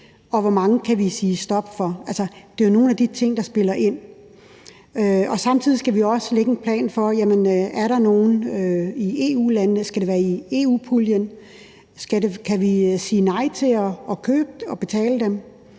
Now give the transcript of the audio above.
Og hvor mange kan vi sige stop for? Altså, det er jo nogle af de ting, der spiller ind. Samtidig skal vi også lægge en plan for, om der er nogen i EU-landene, altså om det skal foregå gennem EU-puljen, og om vi kan sige nej til at købe og betale dem.